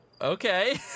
Okay